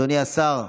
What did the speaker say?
עם ישראל חי,